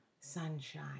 sunshine